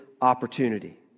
opportunity